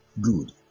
Good